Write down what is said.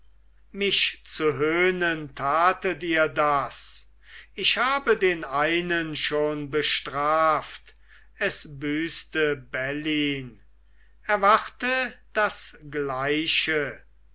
mich zu höhnen tatet ihr das ich habe den einen schon bestraft es büßte bellyn erwarte das gleiche